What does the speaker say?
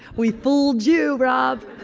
we fooled you, rob!